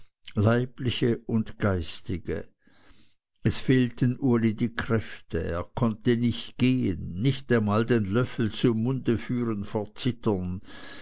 leibliche und geistige es fehlten uli die kräfte er konnte nicht gehen nicht einmal den löffel zum munde führen vor zittern